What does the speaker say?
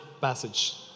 passage